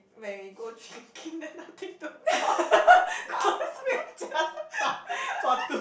when we go d~ drinking then nothing to talk about